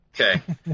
Okay